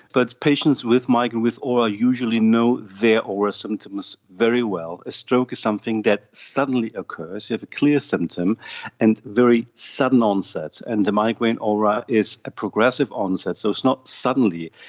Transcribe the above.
but patients with migraine with aura usually know their aura symptoms very well. a stroke is something that suddenly occurs, you have a clear symptom and very sudden onset, and the migraine aura is a progressive onset, so it's not suddenly.